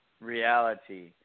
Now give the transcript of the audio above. reality